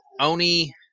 oni